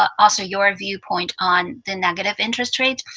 also your viewpoint on the negative interest rate.